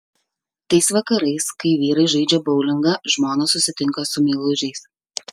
tais vakarais kai vyrai žaidžia boulingą žmonos susitinka su meilužiais